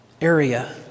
area